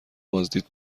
بازدید